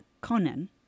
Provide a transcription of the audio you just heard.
Conan